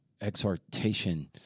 exhortation